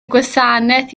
gwasanaeth